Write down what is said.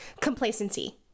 complacency